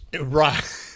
right